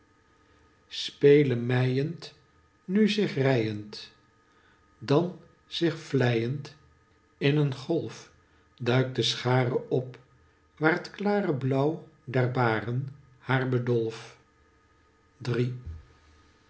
nu zich reyend dan zich vlijend in een golf duikt de schare op waar t kkre blauw der baren haar bedolf zie